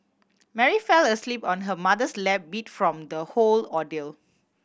Mary fell asleep on her mother's lap beat from the whole ordeal